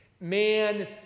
Man